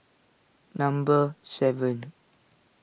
number seven